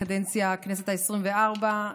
הכנסת העשרים-וארבע,